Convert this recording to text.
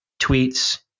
tweets